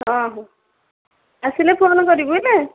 ହଁ ହଁ ଆସିଲେ ଫୋନ୍ କରିବୁ ହେଲା